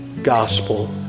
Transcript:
Gospel